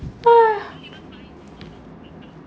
!aiya!